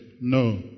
no